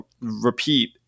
repeat